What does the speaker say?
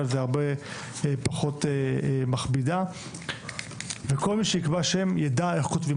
זה תהיה הרבה פחות מכבידה וכל מי שיקבע שם יידע איך כותבים